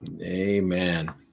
Amen